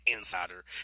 Insider